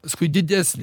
paskui didesnė